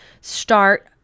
start